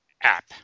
app